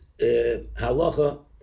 halacha